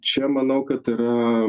čia manau kad yra